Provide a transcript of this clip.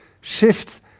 shifts